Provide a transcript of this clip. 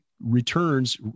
returns